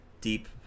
deep